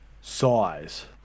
size